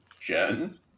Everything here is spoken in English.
Jen